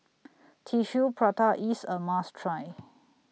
Tissue Prata IS A must Try